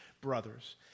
brothers